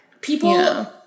people